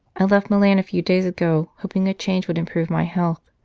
i left milan a few days ago, hoping a change would improve my health,